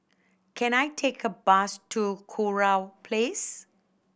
can I take a bus to Kurau Place